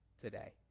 today